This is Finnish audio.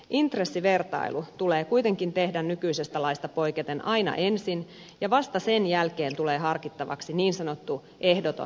intressivertailu tulee kuitenkin tehdä nykyisestä laista poiketen aina ensin ja vasta sen jälkeen tulee harkittavaksi niin sanottu luvanmyöntämiseste